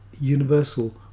universal